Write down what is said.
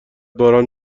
باران